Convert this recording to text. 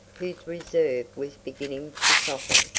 whose reserve was beginning to soften.